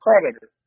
predator